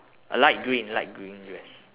a light green light green dress